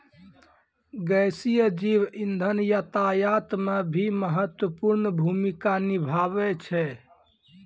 गैसीय जैव इंधन यातायात म भी महत्वपूर्ण भूमिका निभावै छै